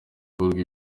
gukora